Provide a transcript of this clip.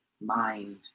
mind